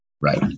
right